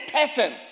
person